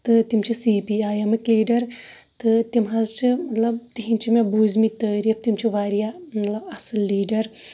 تہٕ تِم چھِ سی پی آیۍ ایٚمٕکۍ لیٖڈَر تہٕ تِم حظ چھِ مَطلَب تِہِنٛد چھِ مےٚ بوٗزمٕتۍ تعریٖف تِم چھِ واریاہ مَطلَب اَصٕل لیٖڈَر